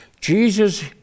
Jesus